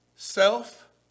Self